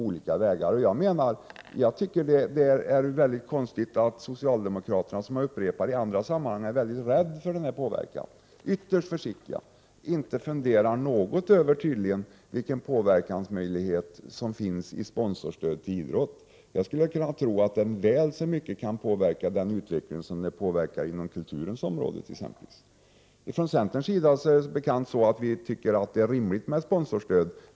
Jag tycker att det är konstigt att socialdemokraterna, som i andra sammanhang är mycket rädda för denna påverkan och är ytterst försiktiga, tydligen inte funderar över vilken påverkansmöjlighet som finns i sponsorstöd till idrotten. Jag tror att det väl så mycket kan påverka utvecklingen där som det påverkar inom kulturområdet. Som bekant tycker vi från centerns sida att det är rimligt med sponsorstöd.